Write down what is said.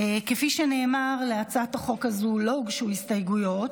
כפי שנאמר, להצעת החוק הזו לא הוגשו הסתייגויות